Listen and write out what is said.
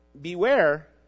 beware